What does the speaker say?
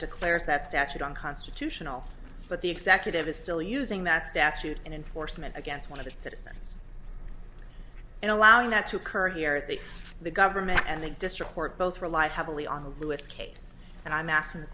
declares that statute unconstitutional but the executive is still using that statute and enforcement against one of the citizens and allowing that to occur here at the the government and the district court both rely heavily on the lewis case and i'm asking the